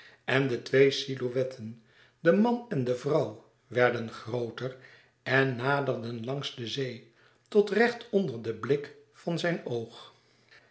en de twee silhouetten de man en de vrouw werden grooter en naderden langs de zee tot recht onder den blik van zijn oog